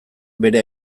bere